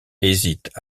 hésitent